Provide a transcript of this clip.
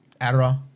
Adderall